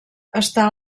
està